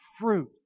fruit